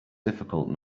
difficult